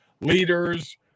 leaders